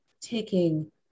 taking